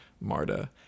Marta